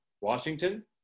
Washington